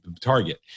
target